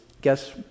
guess